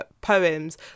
poems